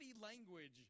language